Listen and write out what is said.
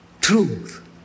truth